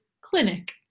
clinic